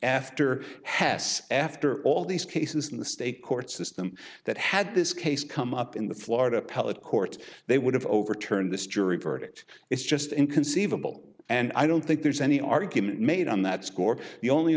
after hess after all these cases in the state court system that had this case come up in the florida appellate court they would have overturned this jury verdict it's just inconceivable and i don't think there's any argument made on that score the only